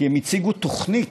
כי הם הציגו תוכנית,